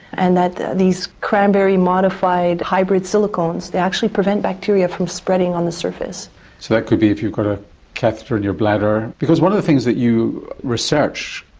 and that these cranberry-modified hybrid silicones, they actually prevent bacteria from spreading on the surface. so that could be if you've got a catheter in your bladder, because one of the things that you research,